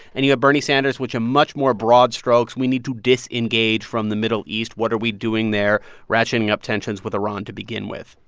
and you have bernie sanders, which had ah much more broad strokes. we need to disengage from the middle east. what are we doing there ratcheting up tensions with iran to begin with?